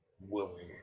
willing